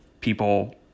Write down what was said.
people